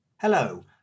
Hello